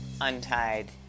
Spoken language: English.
untied